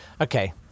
okay